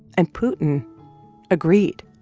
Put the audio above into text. and putin agreed.